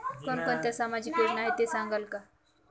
कोणकोणत्या सामाजिक योजना आहेत हे सांगाल का?